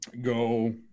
go